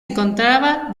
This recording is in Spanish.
encontraba